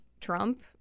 Trump